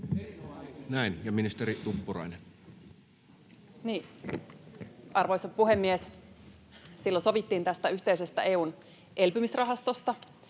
Näin. — Ministeri Tuppurainen. Arvoisa puhemies! Silloin sovittiin tästä yhteisestä EU:n elpymisrahastosta.